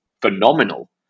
phenomenal